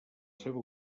seva